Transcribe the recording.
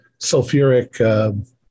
sulfuric